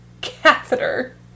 catheter